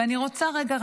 ואני רוצה רגע,